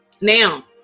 Now